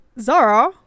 Zara